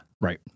Right